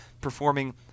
performing